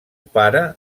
pare